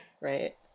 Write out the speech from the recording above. Right